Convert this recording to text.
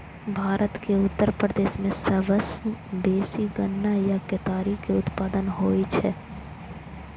भारत के उत्तर प्रदेश मे सबसं बेसी गन्ना या केतारी के उत्पादन होइ छै